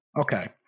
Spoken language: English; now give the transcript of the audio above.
Okay